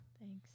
Thanks